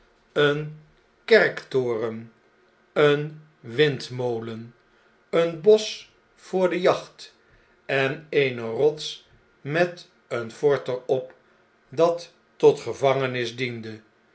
een kerktoren een windmolen een bosch voor de jacht en eene rots met een fort er op dat monsieur le marquis buiten tot gevangenis diende